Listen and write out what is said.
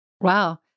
Wow